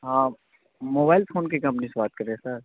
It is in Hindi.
हाँ मोबाइल फ़ोन की कम्पनी से बात कर रहे हैं सर